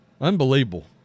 Unbelievable